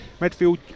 Midfield